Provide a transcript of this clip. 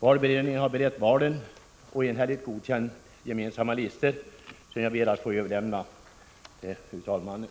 Valberedningen har berett valen och enhälligt godkänt gemensamma listor, som jag ber att få överlämna till fru talmannen.